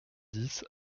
dix